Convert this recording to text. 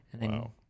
Wow